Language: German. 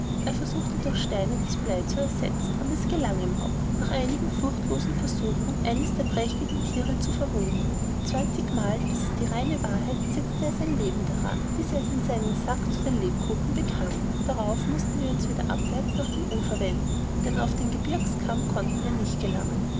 er versuchte durch steine das blei zu ersetzen und es gelang ihm auch nach einigen fruchtlosen versuchen eins der prächtigen thiere zu verwunden zwanzigmal das ist reine wahrheit setzte er sein leben daran bis daß er es in seinen sack zu den lebkuchen bekam darauf mußten wir uns wieder abwärts nach dem ufer zu wenden denn auf den gebirgskamm konnten wir nicht gelangen